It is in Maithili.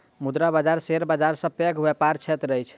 मुद्रा बाजार शेयर बाजार सॅ पैघ व्यापारक क्षेत्र अछि